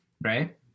right